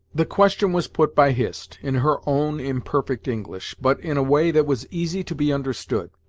the question was put by hist, in her own imperfect english, but in a way that was easy to be understood.